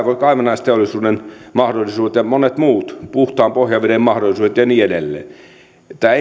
kaivannaisteollisuuden mahdollisuudet ja monet muut puhtaan pohjaveden mahdollisuudet ja niin edelleen